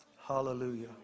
Hallelujah